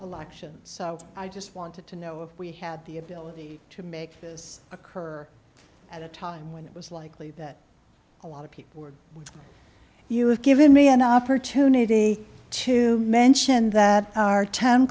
elections so i just wanted to know if we had the ability to make this occur at a time when it was likely that a lot of people were you have given me an opportunity to mention that our t